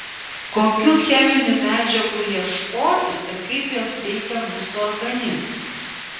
kokių cheminių medžiagų ieškoti ir kaip jos veikia mūsų organizmą